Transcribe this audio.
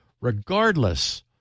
Regardless